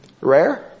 Rare